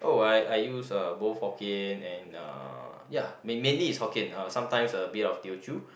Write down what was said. oh I I use uh both Hokkien and uh ya main mainly is Hokkien uh sometimes a bit of Teochew